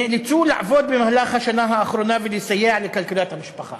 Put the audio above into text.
נאלצו לעבוד בשנה האחרונה ולסייע בכלכלת המשפחה.